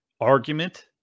argument